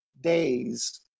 days